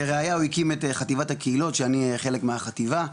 לראייה הוא הקים את חטיבת הקהילות שאני חלק מהחטיבה,